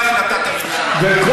אחרי החלטת הממשלה.